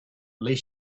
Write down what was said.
least